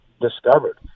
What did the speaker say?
discovered